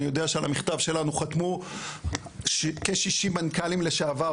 אני יודע שעל המכתב שלנו חתמו כ- 60 מנכ"לים לשעבר,